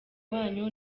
wanyu